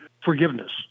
forgiveness